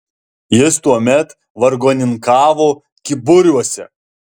jis tuomet vargoninkavo kyburiuose